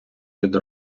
від